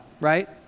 right